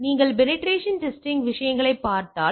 எனவே நீங்கள் penetration testing விஷயங்களைப் பார்த்தால்